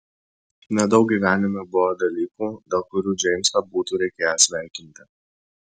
nedaug gyvenime buvo dalykų dėl kurių džeimsą būtų reikėję sveikinti